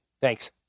Thanks